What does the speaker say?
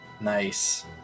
Nice